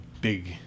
big